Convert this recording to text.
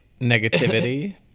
negativity